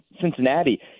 Cincinnati